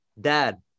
Dad